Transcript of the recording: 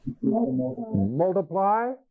multiply